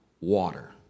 water